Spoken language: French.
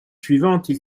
suivantes